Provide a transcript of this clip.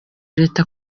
leta